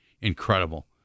incredible